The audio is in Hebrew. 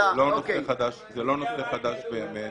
זה לא נושא חדש באמת.